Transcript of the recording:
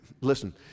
listen